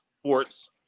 sports